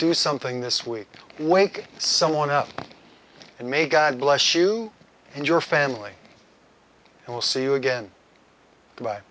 do something this week wake someone up and may god bless you and your family and we'll see you again